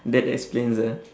that explains the